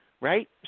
right